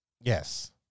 Yes